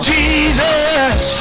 Jesus